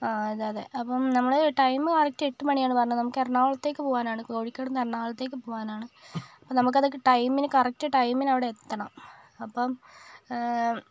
ആ അതെ അതെ അപ്പം നമ്മള് ടൈം കറക്ട് എട്ട് മണിയാണ് പറഞ്ഞത് നമുക്ക് എറണാകുളത്തേക്ക് പോകാനാണ് കോഴിക്കോട് നിന്ന് എറണാകുളത്തേക്ക് പോകാനാണ് അപ്പം നമുക്ക് അത് ടൈമിന് കറക്ട് ടൈമിന് അവിടേ എത്തണം അപ്പം